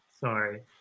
Sorry